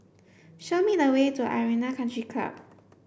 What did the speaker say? show me the way to Arena Country Club